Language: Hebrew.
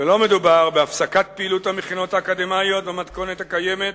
ולא מדובר בהפסקת פעילות המכינות האקדמיות במתכונת הקיימת.